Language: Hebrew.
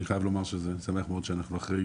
אני חייב לומר שאני שמח מאוד שאנחנו אחרי